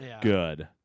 Good